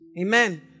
Amen